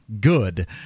good